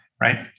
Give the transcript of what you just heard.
right